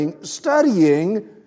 studying